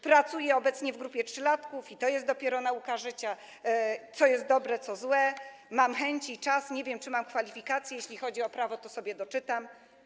Pracuję obecnie w grupie trzylatków i to jest dopiero nauka życia, co jest dobre, co złe; mam chęci i czas, nie wiem, czy mam kwalifikacje; jeśli chodzi o prawo, to sobie doczytam.